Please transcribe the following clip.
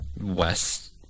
west